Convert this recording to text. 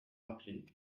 rappeler